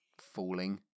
falling